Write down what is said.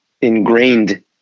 ingrained